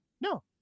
No